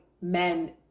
men